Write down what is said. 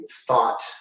thought